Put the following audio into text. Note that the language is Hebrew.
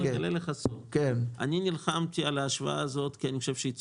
אגלה לך סוד: אני נלחמתי על ההשוואה הזאת כי אני חושב שהיא צודקת.